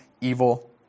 evil